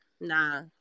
Nah